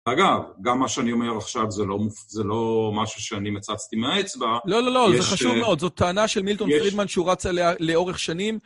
אגב, גם מה שאני אומר עכשיו, זה לא משהו שאני מצצתי מהאצבע. לא, לא, לא, זה חשוב מאוד, זאת טענה של מילטון פרידמן שהוא רצה לאורך שנים.